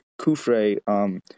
Kufre